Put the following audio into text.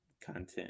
content